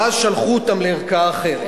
ואז שלחו אותם לערכאה אחרת.